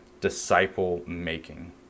disciple-making